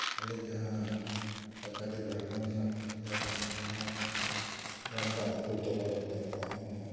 ᱟᱞᱮ ᱡᱟᱦᱟᱸ ᱴᱟᱴᱟ ᱨᱮ ᱡᱷᱟᱲᱠᱷᱚᱱ ᱨᱮᱱᱟᱜ ᱵᱟᱡᱟᱨ ᱨᱮ ᱢᱮᱱᱟᱜ ᱞᱮᱭᱟ ᱵᱟᱢᱫᱟ ᱟᱹᱛᱩ ᱛᱟᱞᱟ ᱨᱮᱞᱮ ᱛᱟᱦᱮᱸᱱᱟ